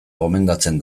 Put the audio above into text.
gomendatzen